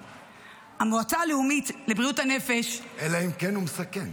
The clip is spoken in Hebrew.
המועצה הלאומית לבריאות הנפש --- אלא אם כן הוא מסַכן.